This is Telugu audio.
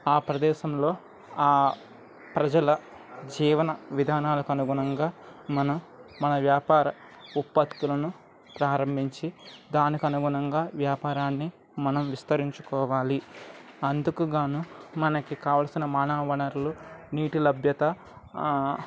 ఆ ప్రదేశంలో ఆ ప్రజల జీవన విధానాలకు అనుగుణంగా మనం మన వ్యాపార ఉత్పత్తులను ప్రారంభించి దానికి అనుగుణంగా వ్యాపారాన్ని మనం విస్తరించుకోవాలి అందుకుగానో మనకు కావల్సిన మానవ వనరులు నీటి లభ్యత